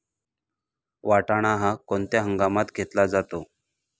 वाटाणा हा कोणत्या हंगामात घेतला जातो?